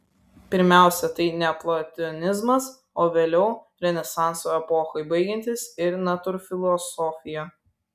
pirmiausia tai neoplatonizmas o vėliau renesanso epochai baigiantis ir natūrfilosofija